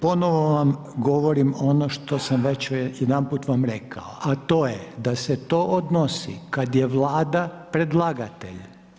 Ponovno vam govorio ono što sam već vam jedanput vam rekao, a to je da se to odnosi kada je Vlada predlagatelj.